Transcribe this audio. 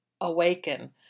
awaken